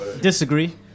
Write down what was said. Disagree